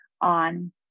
on